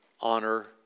honor